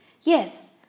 Yes